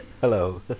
hello